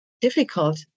difficult